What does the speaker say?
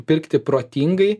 pirkti protingai